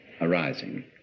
arising